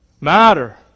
matter